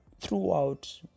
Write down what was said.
throughout